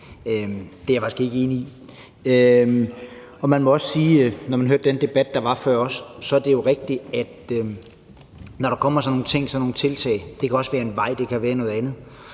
Det er jeg faktisk ikke enig i. Man må også sige, når man hørte den debat, der var før, at det jo er rigtigt, at når der kommer sådan nogle tiltag – det kan også være en vej eller noget andet